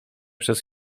przez